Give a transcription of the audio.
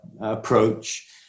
approach